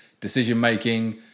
decision-making